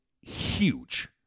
huge